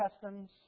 customs